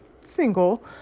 single